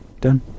Done